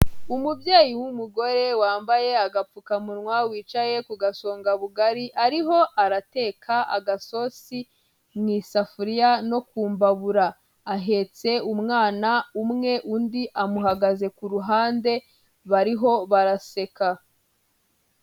Umubyeyi w'umugore wambaye agapfukamunwa wicaye ku gasongabugari, ariho arateka agasosi mu isafuriya no ku mbabura, ahetse umwana umwe undi amuhagaze ku ruhande bariho baraseka.